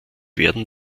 werden